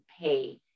pay